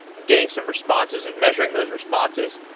and getting some responses and measuring those responses,